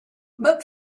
but